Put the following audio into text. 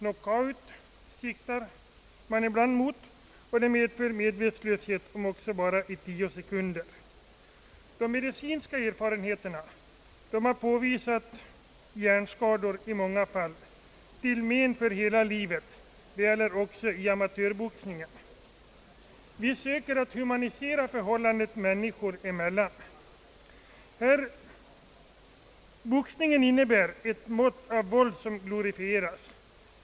Ibland siktar man till knockout, och den medför medvetslöshet, om också bara i tio sekunder. Enligt de medicinska erfarenheterna förekommer hjärnskador, i många fall med men för hela livet. Det gäller också i amatörboxningen. Vi söker att humanisera förhållandet människor emellan. Boxningen innebär ett mått av våld som glorifieras.